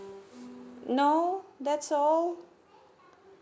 no that's all